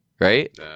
right